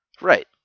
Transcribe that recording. right